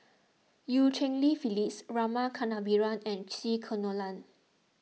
Eu Cheng Li Phyllis Rama Kannabiran and C Kunalan